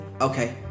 Okay